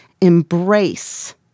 embrace